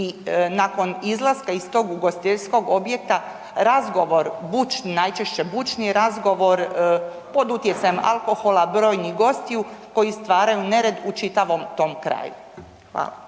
nakon izlaska iz tog ugostiteljskog objekta razgovor bučni, najčešće bučni razgovor pod utjecajem alkohola brojnih gostiju koji stvaraju nered u čitavom tom kraju. Hvala.